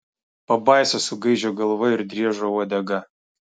pabaisa su gaidžio galva ir driežo uodega